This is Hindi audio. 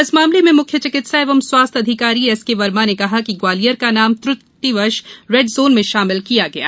इस मामले में म्ख्य चिकित्सा एवं स्वास्थ्य अधिकारी एसके वर्मा ने कहा की ग्वालियर का नाम त्र्टिवश रेड जोन में शामिल हो गया है